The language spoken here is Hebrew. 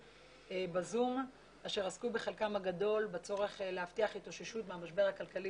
ב-זום אשר עסקו בחלקם הגדול בצורך להבטיח התאוששות מהמשבר הכלכלי